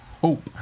hope